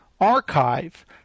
archive